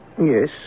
Yes